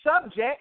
subject